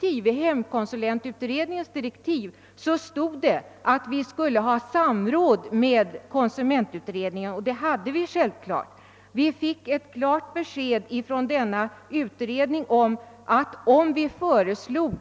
I hemkonsulentutredningens direktiv stod att den skulle samråda med konsumentutredningen, och det gjorde den naturligtvis. Vi fick inom hemkonsulentutredningen klart besked från konsumentutredningen att om vi föreslog